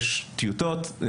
יש טיוטות.